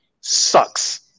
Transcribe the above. sucks